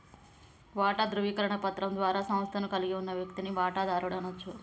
వాటా ధృవీకరణ పత్రం ద్వారా సంస్థను కలిగి ఉన్న వ్యక్తిని వాటాదారుడు అనచ్చు